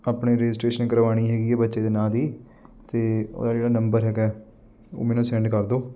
ਆਪਣੇ ਰਜਿਸਟਰੇਸ਼ਨ ਕਰਵਾਣੀ ਹੈਗੀ ਬੱਚੇ ਦੇ ਨਾਂ ਦੀ ਤਾਂ ਉਹਦਾ ਜਿਹੜਾ ਨੰਬਰ ਹੈਗਾ ਉਹ ਮੈਨੂੰ ਸੈਂਡ ਕਰ ਦਿਓ